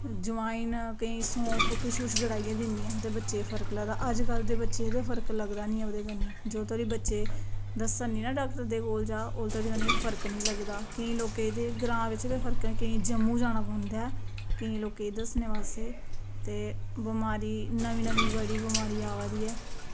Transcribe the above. अजवाईन सौंफ किश किश दिंदियां हियां ते बच्चें गी फर्क लगदा अज्जकल दे बच्चें गी फर्क लगदा निं ऐ ओह्दे कन्नै जिन्ने धोड़ी बच्चें गी दस्सन निं ना जाओ उन्ने धोड़ी बच्चें गी फर्क निं लगदा केईं लोकें गी ग्रांऽ बिच ते फर्क ऐ केईं लोकें गी जम्मू जाना पौंदा केईं लोकें गी दस्सने बास्तै ते बमारी नमीं नमीं बड़ी आवा दी ऐ